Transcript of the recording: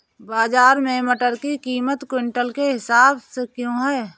बाजार में मटर की कीमत क्विंटल के हिसाब से क्यो है?